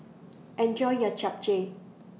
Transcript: Enjoy your Japchae